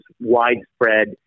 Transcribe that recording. widespread